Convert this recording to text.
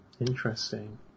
interesting